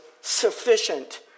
sufficient